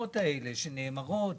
והאמירות האלה שנאמרות,